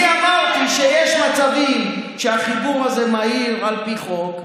אני אמרתי שיש מצבים שהחיבור הזה מהיר על פי חוק,